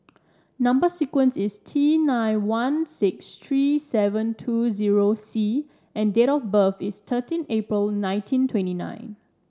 number sequence is T nine one six three seven two zero C and date of birth is thirteen April nineteen twenty nine